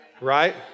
Right